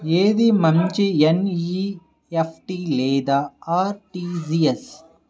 ఏది మంచి ఎన్.ఈ.ఎఫ్.టీ లేదా అర్.టీ.జీ.ఎస్?